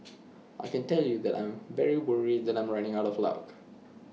I can tell you that I'm very worried that I'm running out of luck